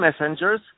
messengers